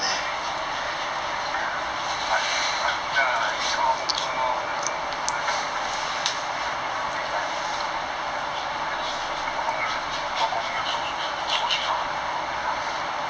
ya sia but 这个 is all over lah you know you have to is like 跟普通的人一样 lah the working hours also 跟他们一样